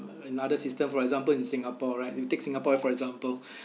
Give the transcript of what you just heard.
another system for example in singapore right you take singapore for example